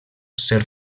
ser